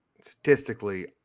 statistically